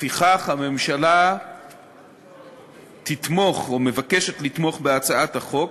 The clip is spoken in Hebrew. לפיכך, הממשלה תתמוך, או מבקשת לתמוך, בהצעת החוק